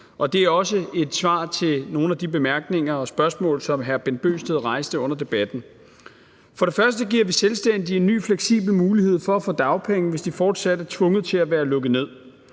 her er også et svar til nogle af de bemærkninger og spørgsmål, som hr. Bent Bøgsted rejste under debatten: For det første giver vi selvstændige en ny fleksibel mulighed for at få dagpenge, hvis de fortsat er tvunget til at være lukket ned.